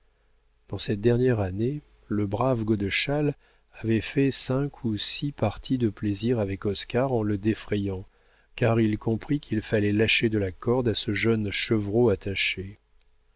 dans cette dernière année le brave godeschal avait fait cinq ou six parties de plaisir avec oscar en le défrayant car il comprit qu'il fallait lâcher de la corde à ce jeune chevreau attaché